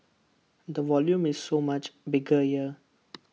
the volume is so much bigger here